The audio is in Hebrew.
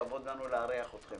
כבוד לנו לארח אתכם.